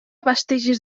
vestigis